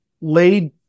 laid